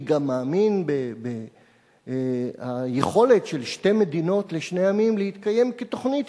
אני גם מאמין ביכולת של שתי מדינות לשני עמים להתקיים כתוכנית,